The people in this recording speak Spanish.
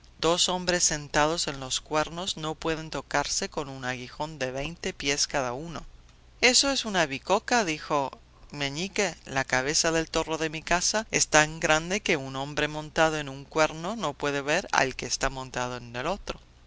dos hombres sentados en los cuernos no pueden tocarse con un aguijón de veinte pies cada uno eso es una bicoca dijo meñique la cabeza del toro de mi casa es tan grande que un hombre montado en un cuerno no puede ver al que está montado en el otro